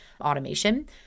automation